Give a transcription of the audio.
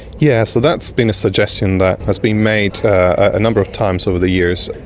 yeah so that's been a suggestion that has been made a number of times over the years.